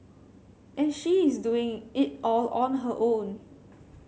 and she is doing it all on her own